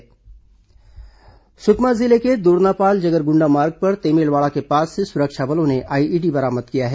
IED बरामद गिरफ्तार सुकमा जिले के दोरनापाल जगरगुंडा मार्ग पर तेमेलवाड़ा के पास से सुरक्षा बलों ने आईईडी बरामद किया है